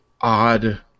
odd